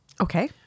okay